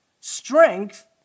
Strength